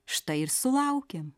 štai ir sulaukėm